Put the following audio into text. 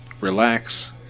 relax